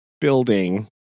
building